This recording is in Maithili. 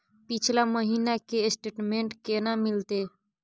पिछला महीना के स्टेटमेंट केना मिलते?